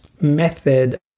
method